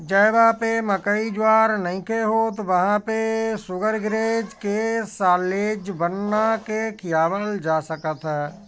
जहवा पे मकई ज्वार नइखे होत वहां पे शुगरग्रेज के साल्लेज बना के खियावल जा सकत ह